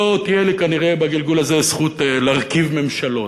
לא תהיה לי כנראה בגלגול הזה זכות להרכיב ממשלות.